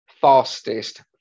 fastest